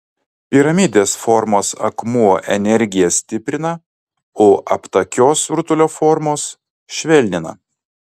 piramidės formos akmuo energiją stiprina o aptakios rutulio formos švelnina